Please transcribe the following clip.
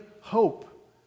hope